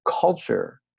culture